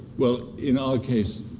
well in our case,